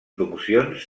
promocions